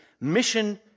mission